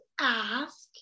ask